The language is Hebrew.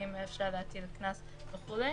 האם אפשר להטיל קנס וכו'.